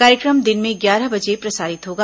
कार्यक्रम दिन में ग्यारह बजे प्रसारित होगा